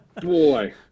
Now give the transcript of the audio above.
boy